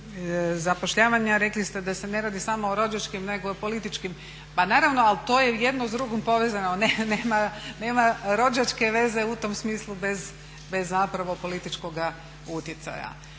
zapošljavanja, rekli ste da se ne radi samo o rođačkim nego i političkim, pa naravno ali to jedno s drugim povezano. Nema rođačke veze u tom smislu bez zapravo političkoga utjecaja.